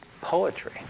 poetry